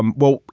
um well,